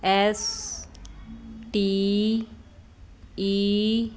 S T E